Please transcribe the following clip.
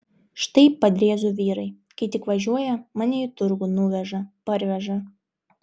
štai padriezų vyrai kai tik važiuoja mane į turgų nuveža parveža